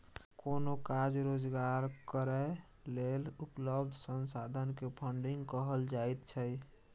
कोनो काज रोजगार करै लेल उपलब्ध संसाधन के फन्डिंग कहल जाइत छइ